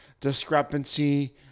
discrepancy